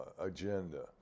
agenda